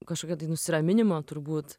kažkokią tai nusiraminimo turbūt